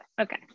Okay